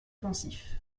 pensif